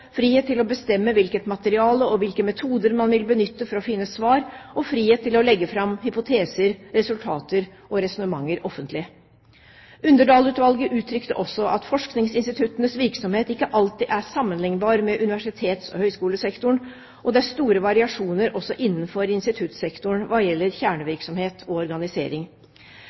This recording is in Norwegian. frihet til å bestemme hvilket materiale og hvilke metoder man vil benytte for å finne svar, og frihet til å legge fram hypoteser, resultater og resonnementer offentlig. Underdal-utvalget uttrykte også at forskningsinstituttenes virksomhet ikke alltid er sammenlignbar med universitets- og høyskolesektorens, og det er store variasjoner også innenfor instituttsektoren hva gjelder kjernevirksomhet og organisering.